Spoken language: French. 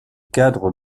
cadre